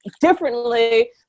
differently